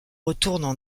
retournent